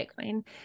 bitcoin